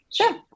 Sure